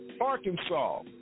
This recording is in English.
Arkansas